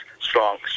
strong